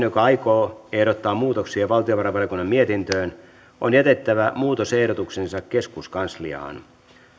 joka aikoo ehdottaa muutoksia valtiovarainvaliokunnan mietintöön on jätettävä muutosehdotuksensa keskuskansliaan